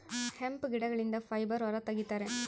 hemp ಗಿಡಗಳಿಂದ fibre ಹೊರ ತಗಿತರೆ